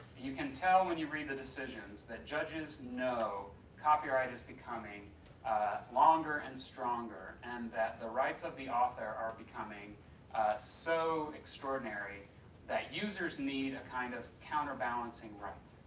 you can tell when you read the decisions that judges know copyright is becoming longer and stronger and that the rights of the author are becoming so extraordinary that users need a kind of counter-balancing right.